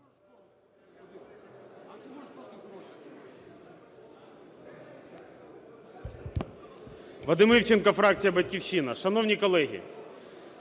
Вадим Івченко, фракція "Батьківщина". Шановні колеги!